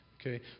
Okay